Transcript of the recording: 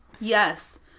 Yes